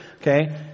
okay